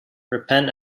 repent